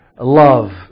love